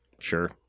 Sure